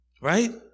Right